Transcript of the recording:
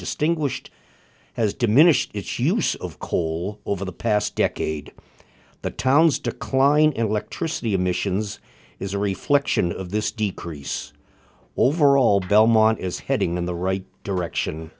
distinguished has diminished its use of coal over the past decade the town's decline in electricity emissions is a reflection of this decrease or overall belmont is heading in the right direction